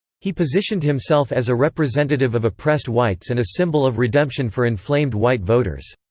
he positioned himself as a representative of oppressed whites and a symbol of redemption for inflamed white voters.